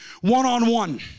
one-on-one